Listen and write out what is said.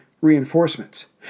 reinforcements